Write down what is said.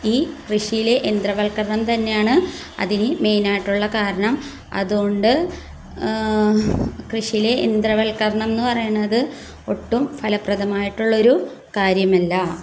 ഈ കൃഷിയിലെ യന്ത്രവൽക്കരണം തന്നെയാണ് അതിന് മെയിനായിട്ടുള്ള കാരണം അതുകൊണ്ട് കൃഷിയിലെ യന്ത്രവൽക്കരണം എന്നു പറയണത് ഒട്ടും ഫലപ്രദമായിട്ടുള്ളൊരു കാര്യമല്ല